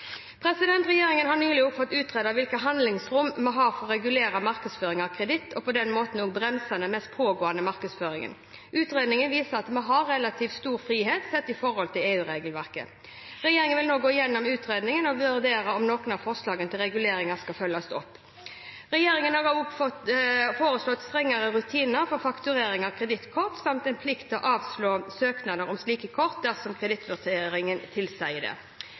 Regjeringen har nylig også fått utredet hvilket handlingsrom vi har til å regulere markedsføring av kreditt og på denne måten bremse den mest pågående markedsføringen. Utredningen viser at vi har relativt stor frihet sett i forhold til EU-regelverket. Regjeringen vil nå gå gjennom utredningen og vurdere om noen av forslagene til reguleringer skal følges opp. Regjeringen har også foreslått strengere rutiner for fakturering av kredittkort, samt en plikt til å avslå søknad om slike kort dersom kredittvurderingen tilsier det.